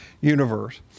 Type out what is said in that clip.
universe